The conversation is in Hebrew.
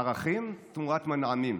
ערכים תמורת מנעמים.